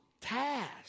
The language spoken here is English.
task